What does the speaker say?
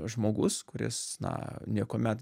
žmogus kuris na niekuomet